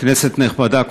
כנסת נכבדה,